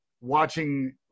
watching